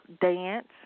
dance